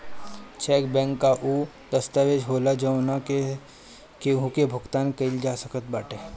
check bank कअ उ दस्तावेज होला जवना से केहू के भुगतान कईल जा सकत बाटे